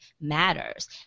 matters